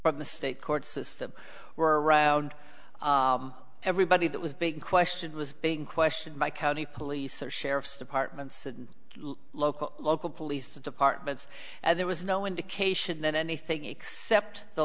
from the state court system where around everybody that was big question was being questioned by county police or sheriff's departments and local local police departments and there was no indication that anything except the